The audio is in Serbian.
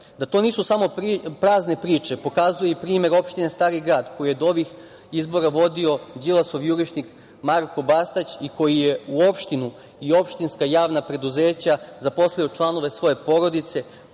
to nisu samo prazne priče pokazuje i primer opštine Stari Grad, koju je od ovih izbora vodo Đilasov jurišnik Marko Bastać i koji je u opštinu i opštinska javna preduzeća zaposlio članove svoje porodice,